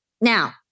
Now